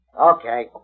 Okay